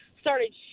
started